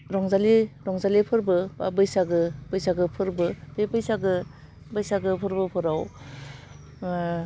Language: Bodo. रंजालि रंजालि फोरबो बा बैसागो बैसागो फोरबो बे बैसागो बैसागो फोरबोफोराव ओह